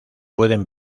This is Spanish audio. pueden